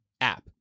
app